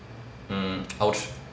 mm I'll tr~